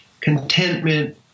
Contentment